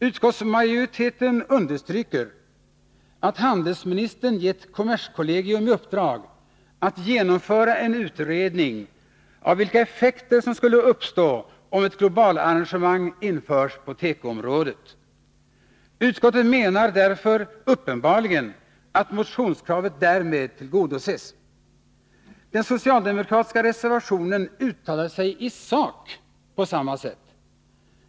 Utskottsmajoriteten understryker att handelsministern har givit kommerskollegium i uppdrag att genomföra en utredning av vilka effekter som skulle uppstå om ett globalarrangemang införs på tekoområdet. Utskottet menar därför uppenbarligen att motionskravet därmed tillgodoses. Den socialdemokratiska reservationen uttalar sig i sak på samma sätt.